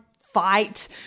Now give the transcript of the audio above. fight